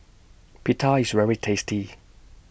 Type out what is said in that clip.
Pita IS very tasty